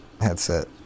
headset